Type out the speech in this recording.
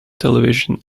television